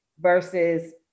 versus